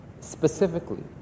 specifically